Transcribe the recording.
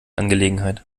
angelegenheit